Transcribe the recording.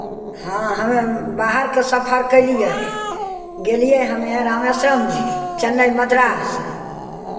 हँ हमे बाहरके सफर केलियै गेलियै हमे रामेश्वरम जी चेन्नइ मद्रास